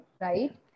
right